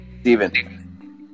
Steven